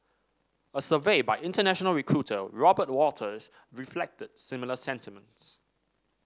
a survey by international recruiter Robert Walters reflected similar sentiments